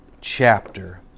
chapter